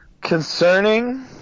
Concerning